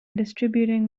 distributing